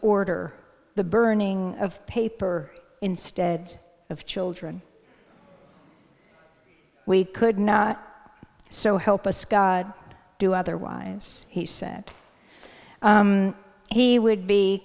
order the burning of paper instead of children we could not so help us do otherwise he said he would be